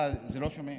לא שומעים.